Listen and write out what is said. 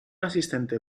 asistente